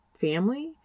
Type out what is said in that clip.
family